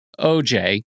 OJ